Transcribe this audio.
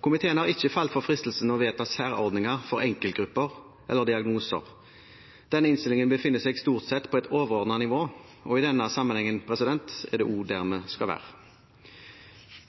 Komiteen har ikke falt for den fristelsen å vedta særordninger for enkeltgrupper eller -diagnoser. Denne innstillingen befinner seg stort sett på et overordnet nivå, og i denne sammenheng er det også der vi skal være.